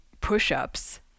push-ups